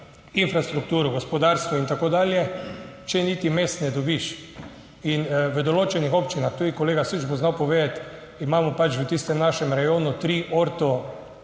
infrastrukturo, gospodarstvo in tako dalje, če niti mest ne dobiš. In v določenih občinah, tudi kolega Süč bo znal povedati, imamo pač v tistem našem rajonu tri "orto